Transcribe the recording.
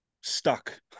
stuck